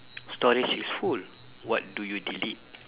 storage is full what do you delete